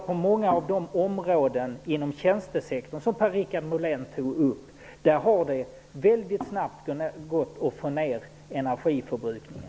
På många av de områden inom tjänstesektorn som Per-Richard Molén tog upp har det gått mycket snabbt att få ned energiförbrukningen.